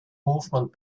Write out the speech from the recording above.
movement